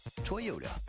Toyota